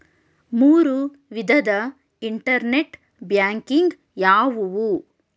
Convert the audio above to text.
ಮೂರು ವಿಧದ internet banking ಯಾವುವು?